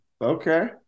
Okay